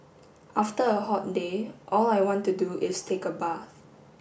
after a hot day all I want to do is take a bath